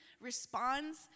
responds